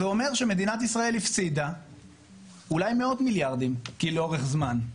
זה אומר שמדינת ישראל הפסידה אולי מאות מיליארדים לאורך זמן.